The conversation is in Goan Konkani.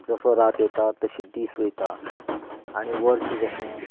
जशी रात येता तसो दीस वयता आनी वर्स जशें